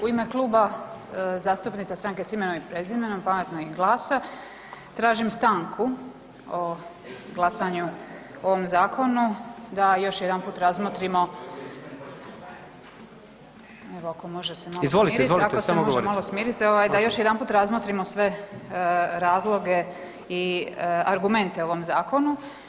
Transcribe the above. u ime Kluba zastupnika Stranke s imenom i prezimenom, Pametnog i GLAS-a tražim stanku o glasanju o ovom zakonu da još jedanput razmotrimo, ... [[Upadica se ne čuje.]] evo ako može se malo smiriti [[Upadica: Izvolite, izvolite.]] ako se može malo smiriti, da još jedanput razmotrimo sve razloge i argumente o ovom zakonu.